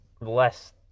less